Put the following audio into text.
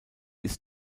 ist